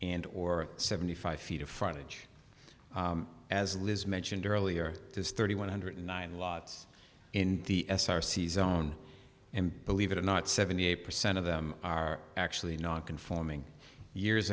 and or seventy five feet of frontage as liz mentioned earlier it is thirty one hundred nine lots in the s r c zone and believe it or not seventy eight percent of them are actually non conforming years